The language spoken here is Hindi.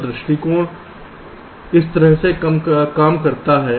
तो दृष्टिकोण इस तरह से काम करता है